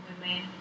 women